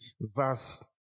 verse